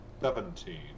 seventeen